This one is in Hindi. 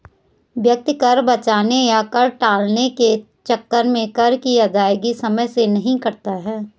व्यक्ति कर बचाने या कर टालने के चक्कर में कर की अदायगी समय से नहीं करता है